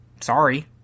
Sorry